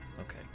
okay